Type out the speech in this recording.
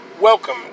Welcome